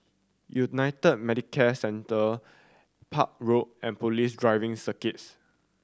United Medicare Centre Park Road and Police Driving Circuit